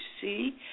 see